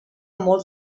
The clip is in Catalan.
molt